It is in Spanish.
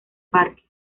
parque